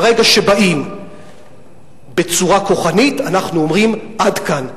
ברגע שבאים בצורה כוחנית אנחנו אומרים: עד כאן.